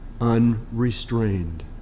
Unrestrained